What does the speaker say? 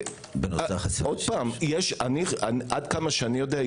עד כמה שאני יודע,